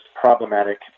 problematic